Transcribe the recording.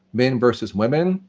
men versus women,